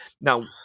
now